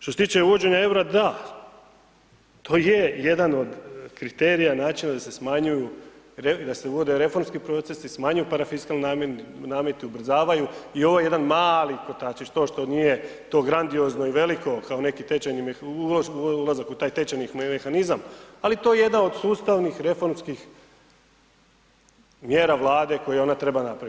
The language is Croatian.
Što se tiče uvođenja eura, da, to je jedan od kriterija načina da se smanjuju, da se uvode reformski procesi, smanjuju parafiskalni nameti, ubrzavaju i ovo je jedan mali kotačić, to što nije to grandiozno i veliko kao neki ulazak u taj tečajni mehanizam, ali to je jedan od sustavnih reformskih mjera Vlade koje ona treba napraviti.